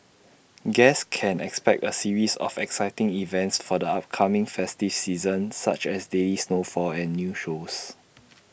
guests can expect A series of exciting events for the upcoming festive season such as daily snowfall and new shows